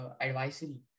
advisory